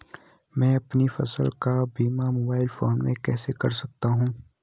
मैं अपनी फसल का बीमा मोबाइल फोन से कैसे कर सकता हूँ?